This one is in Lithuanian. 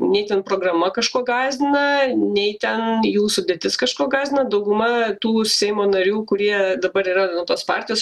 nei ten programa kažkuo gąsdina nei ten jų sudėtis kažkuo gąsdina dauguma tų seimo narių kurie dabar yra nuo tos partijos